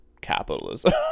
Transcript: capitalism